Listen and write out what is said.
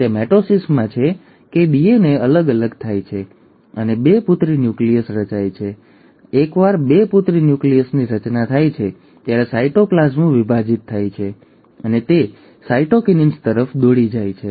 અને તે મિટોસિસમાં છે કે ડીએનએ અલગ થાય છે અને બે પુત્રી ન્યુક્લિયસ રચાય છે અને એકવાર બે પુત્રી ન્યુક્લિયસની રચના થાય છે ત્યારે સાયટોપ્લાસમ વિભાજિત થાય છે અને તે સાયટોકિન્સિસ તરફ દોરી જાય છે